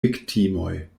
viktimoj